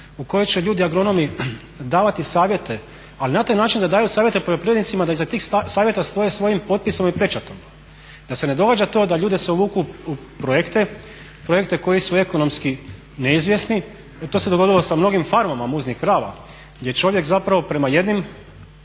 u kojoj će ljudi agronomi davati savjete, ali na taj način da daju savjete poljoprivrednicima da iza tih savjeta stoje svojim potpisom i pečatom. Da se ne događa to da ljude se uvuče u projekte koji su ekonomski neizvjesni. To se dogodilo sa mnogim farmama muznih krava gdje čovjek zapravo prema jednim